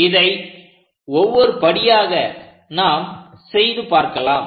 இதை ஒவ்வொரு படியாக நாம் செய்து பார்க்கலாம்